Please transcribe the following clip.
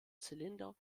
zylinder